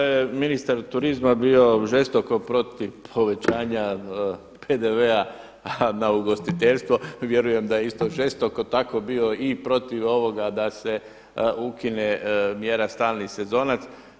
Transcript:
Pa s obzirom da je ministar turizma bio žestoko protiv povećanja PDV-a na ugostiteljstvo vjerujem da je isto žestoko tako bio i protiv ovoga da se ukine mjera stalni sezonac.